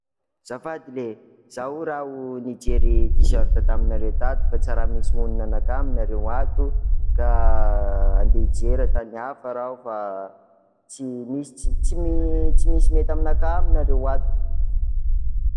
Azafady ley! Zaho io r'aho nijery t-shirt taminareo tato, fa tsa raha misy onona an'akahy aminareo ato, ka ande hijery an-tany hafa r'aho fa tsy misy- misy- tsy misy mety amin'akahy aminareo ato.